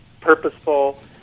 purposeful